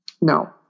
no